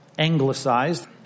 anglicized